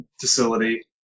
facility